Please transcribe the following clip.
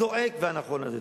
הזועק והנכון הזה.